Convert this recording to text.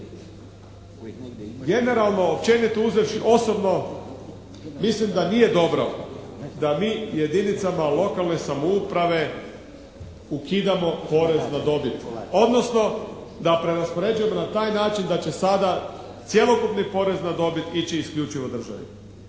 Generalno, općenito uzevši osobno mislim da nije dobro da mi jedinicama lokalne samouprave ukidamo porez na dobit, odnosno da preraspoređujemo na taj način da će sada cjelokupni porez na dobit ići isključivo državi.